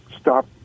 stop